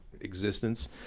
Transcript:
existence